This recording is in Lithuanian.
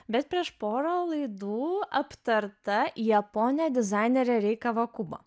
bet prieš pora laidų aptarta japonė dizainerė rei kavakubo